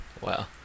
Wow